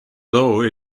though